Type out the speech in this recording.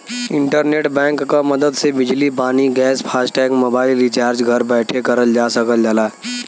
internet bank क मदद से बिजली पानी गैस फास्टैग मोबाइल रिचार्ज घर बैठे करल जा सकल जाला